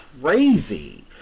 crazy